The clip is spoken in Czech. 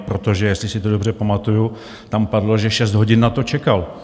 Protože, jestli si to dobře pamatuju, tam padlo, že šest hodin na to čekal.